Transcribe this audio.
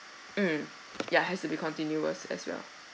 mm ya has to be continuous as well